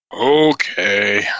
Okay